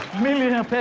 million and